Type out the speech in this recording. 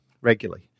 regularly